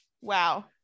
Wow